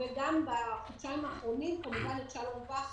וגם בחודשיים האחרונים את שלום ואך,